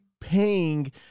paying